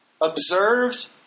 Observed